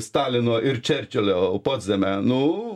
stalino ir čerčilio potsdame nu